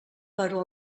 però